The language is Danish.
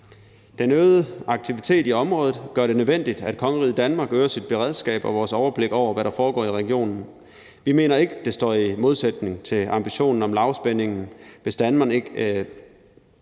Den øgede aktivitet i området gør det nødvendigt, at kongeriget Danmark øger sit beredskab og vores overblik over, hvad der foregår i regionen. Vi mener ikke, at det står i modsætning til ambitionen om lavspænding. Hvis Danmark ikke